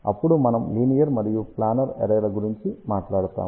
అప్పుడు మనము లీనియర్ మరియు ప్లానర్ అర్రే ల గురించి మాట్లాడుతాము